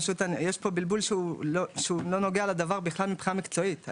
פשוט יש פה בלבול שהוא לא נוגע לדבר בכלל מבחינה מקצועית.